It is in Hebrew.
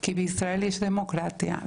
כי בישראל יש דמוקרטיה,